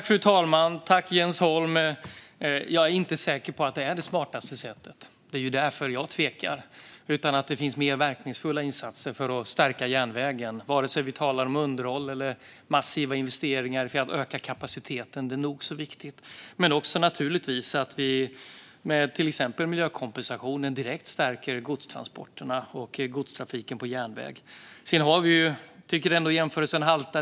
Fru talman! Jag är inte säker på att det är det smartaste sättet. Det är därför jag tvekar. Jag tror att det finns mer verkningsfulla insatser för att stärka järnvägen, vare sig vi talar om underhåll eller massiva investeringar för att öka kapaciteten. Det är nog så viktigt, men det handlar naturligtvis också om att med till exempel miljökompensationen direkt stärka godstransporterna och godstrafiken på järnväg. Jag tycker ändå att jämförelsen haltar.